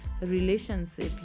relationship